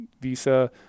visa